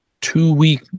two-week